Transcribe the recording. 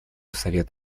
совет